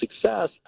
success